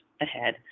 ahead